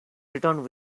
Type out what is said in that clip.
returned